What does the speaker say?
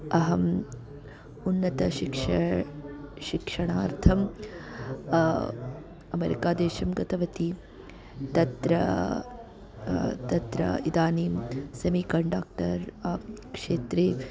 अहम् उन्नतशिक्षनं शिक्षणार्थम् अमेरिकादेशं गतवती तत्र तत्र इदानीं सेमि कण्डक्टर् क्षेत्रे